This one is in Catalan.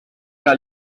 que